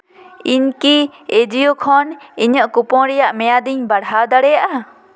ᱤᱧ ᱠᱤ ᱮᱡᱤᱭᱳ ᱠᱷᱚᱱ ᱤᱧᱟᱹᱜ ᱠᱩᱯᱚᱱ ᱨᱮᱭᱟᱜ ᱢᱮᱭᱟᱫᱤᱧ ᱵᱟᱲᱦᱟᱣ ᱫᱟᱲᱮᱭᱟᱜᱼᱟ